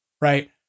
Right